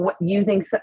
Using